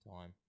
time